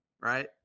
Right